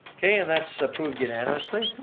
okay, and that's approved unanimously.